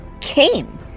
came